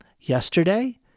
yesterday